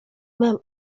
mam